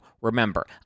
Remember